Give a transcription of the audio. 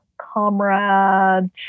Comrade